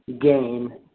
gain